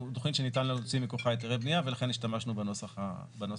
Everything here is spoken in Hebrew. היא תכנית שניתן להוציא מכוחה היתרי בנייה ולכן השתמשנו בנוסח הזה.